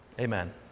Amen